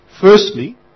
Firstly